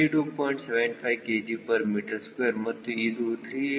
75 kgm2 ಮತ್ತು ಇದು 302